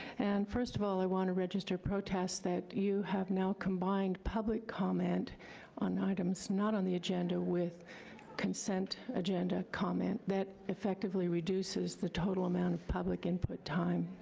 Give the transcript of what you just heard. and first of all i wanna register protests that you have now combined public comment on items not on the agenda with consent agenda comment. that effectively reduces the total amount of public input time,